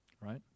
right